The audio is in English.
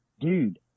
dude